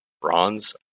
bronze